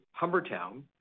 Humbertown